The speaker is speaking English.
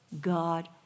God